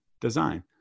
design